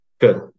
Good